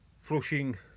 flushing